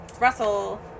Russell